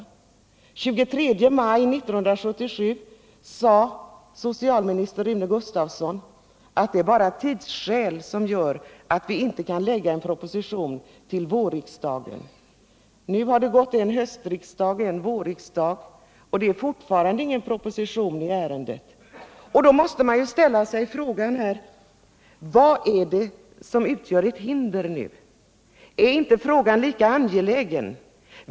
Den 23 maj 1977 sade socialminister Rune Gustavsson: Det är bara tidsskäl som gör att vi inte kan lägga fram en proposition till vårriksdagen. Nu har det gått en höstriksdag och snart en vårriksdag, och det finns fortfarande ingen proposition i ärendet. Då måste man ställa frågan: Vad är det nu som utgör ett hinder? Är inte frågan lika angelägen?